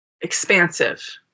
expansive